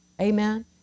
Amen